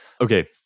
okay